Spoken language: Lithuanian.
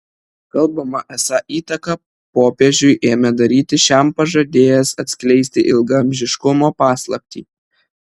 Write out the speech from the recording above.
kalbama esą įtaką popiežiui ėmė daryti šiam pažadėjęs atskleisti ilgaamžiškumo paslaptį